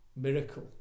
miracle